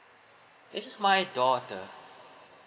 it is my daughter